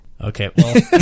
Okay